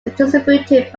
distributed